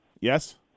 Yes